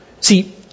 See